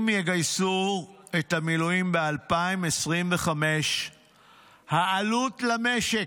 אם יגייסו את המילואים ב-2025 העלות למשק,